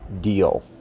deal